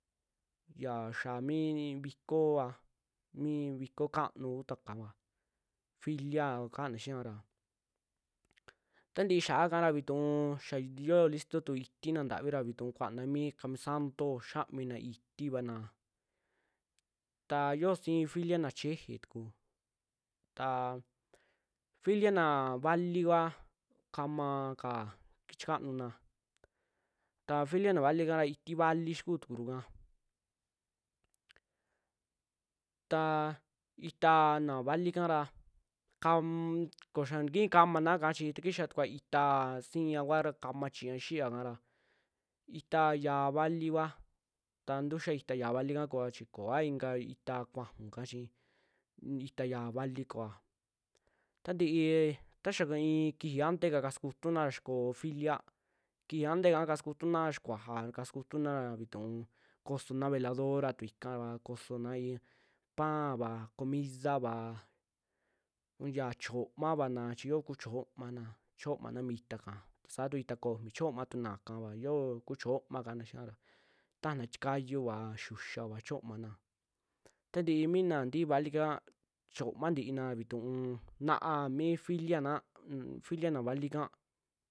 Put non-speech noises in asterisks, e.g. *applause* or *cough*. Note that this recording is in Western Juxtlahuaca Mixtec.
Xia xiaa mi vikova, mi viko kanu kutua kava, filia kaana xiara taa ntii xiakara vitu xia yoo listo tu itina ntavi ra vituu kuana mi kamisanto xiamina itivana, ta yoo sii filia na cheje tuku, taa filia na vali kua kamaka chikanuna, ta filia naa valikara iti vali xikuu tukuruka, ta itaa na vali ikara kam- koxa *unintelligible* ntiki kamana ka chi taa kixa tukua itaa siiakua ra kama chiña xiaaka ra, itaa xiaa vali kua, taa ntuxa xiaa valika koa chi kua ika itaa kuaju ka chi ita xiaa vali koa, tantii ta xaa i'i kiji a ante ka kasa kutuna xaa koo filia, kixi anteka kasa kutuna xikuaja, kasakutuna vitu kosona veladora tu ikava, kosona panva, comidava un ya chiomavana chi yoo ko'o chiomana, chiomana mi itaaka ta saa tu ita komi chiomatuna kaava, xio ko'o chioma kaana xiiara tajana tikayua xiuxiva chiomana, tantii mi na nti'i valika chioma ntiina vituu na'a mi filiana, filia na valika.